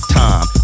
time